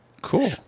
Cool